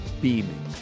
beaming